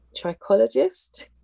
trichologist